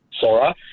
Sora